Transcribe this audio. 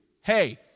Hey